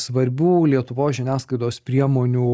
svarbių lietuvos žiniasklaidos priemonių